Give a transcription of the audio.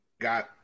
got